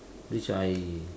which I